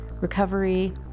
recovery